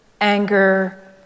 anger